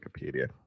wikipedia